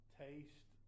taste